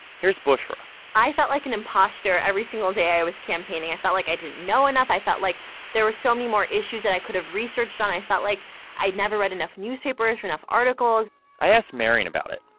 here's bushra i felt like an imposter every single day i was campaigning. i felt like i didn't know enough. i felt like there were so many more issues that i could have researched on. i felt like i'd never read enough newspapers or enough articles i asked marian about it,